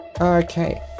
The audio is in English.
Okay